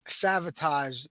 Sabotage